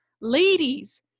ladies